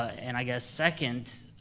and i guess second,